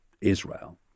Israel